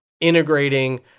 integrating